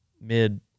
mid